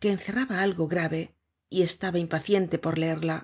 que encerraba algo grave y estaba impaciente por leerla